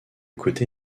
côté